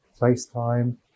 FaceTime